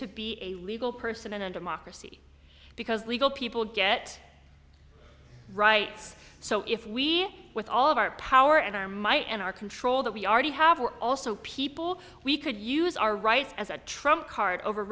to be a legal person in a democracy because legal people get right so if we with all of our power and our my and our control that we are to have are also people we could use our rights as a trump card over